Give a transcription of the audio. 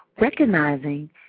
recognizing